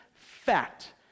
fact